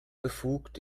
befugt